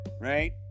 right